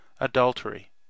adultery